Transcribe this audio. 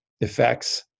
effects